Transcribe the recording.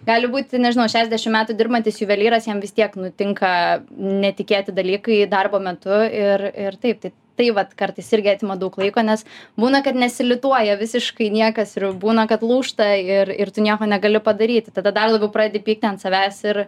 gali būti nežinau šešiasdešimt metų dirbantis juvelyras jam vis tiek nutinka netikėti dalykai darbo metu ir ir taip tai tai vat kartais irgi atima daug laiko nes būna kad nesilituoja visiškai niekas ir būna kad lūžta ir ir tu nieko negali padaryti tada dar labiau pradedi pykti ant savęs ir